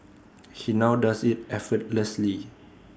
he now does IT effortlessly